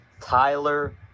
Tyler